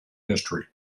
history